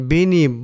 Bini